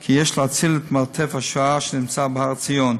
כי יש להציל את "מרתף השואה" שנמצא בהר-ציון.